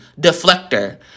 Deflector